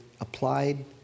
applied